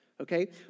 Okay